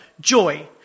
joy